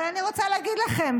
אבל אני רוצה להגיד לכם,